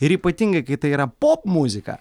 ir ypatingai kai tai yra popmuzika